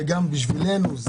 וגם בשבילנו,